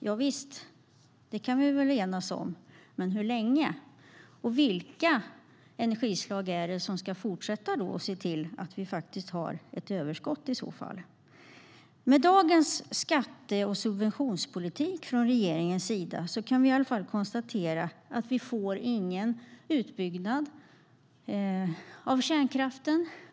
Javisst, det kan vi enas om, men hur länge? Vilka energislag är det som man ska fortsätta att använda sig av för att se till att vi får ett överskott? Med dagens skatte och subventionspolitik från regeringen kan vi konstatera att det blir ingen utbyggnad av kärnkraften.